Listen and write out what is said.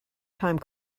time